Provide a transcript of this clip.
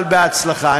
אבל בהצלחה.